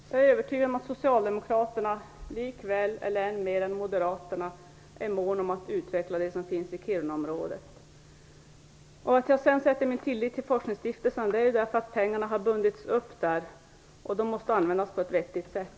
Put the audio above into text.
Herr talman! Jag är övertygad om att Socialdemokraterna än mer än Moderaterna är måna om att utveckla det som finns i Kirunaområdet. Att jag sedan sätter min tillit till forskningsstiftelserna är därför att pengarna har bundits upp där, och de måste användas på ett vettigt sätt.